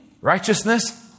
righteousness